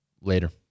Later